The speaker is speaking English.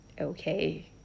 okay